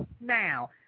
now